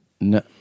No